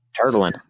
Turtling